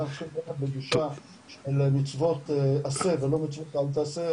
אנחנו בגישה שאין להם מצוות עשה ואין מצוות אל תעשה,